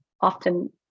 Often